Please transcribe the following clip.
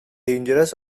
dangerous